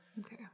Okay